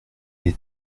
est